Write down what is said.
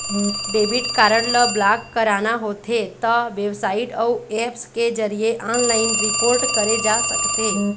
debit card ल block कराना होथे त बेबसाइट अउ ऐप्स के जरिए ऑनलाइन रिपोर्ट करे जा सकथे